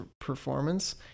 performance